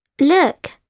Look